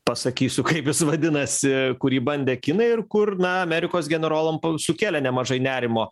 pasakysiu kaip jis vadinasi kurį bandė kinai ir kur na amerikos generolam sukėlė nemažai nerimo